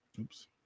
Oops